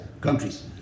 countries